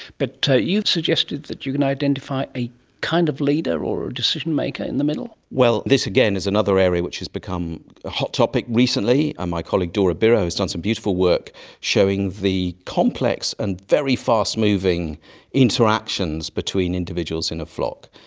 but you've suggested that you can identify a kind of leader or a decision-maker in the middle? well, this again is another area which has become a hot topic recently. my colleague dora biro has done some beautiful work showing the complex and very fast moving interactions between individuals in a flock,